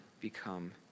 become